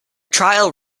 trial